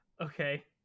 Okay